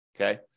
Okay